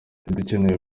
dukeneye